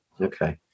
Okay